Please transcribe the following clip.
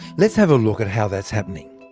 let's have a look at how that's happening.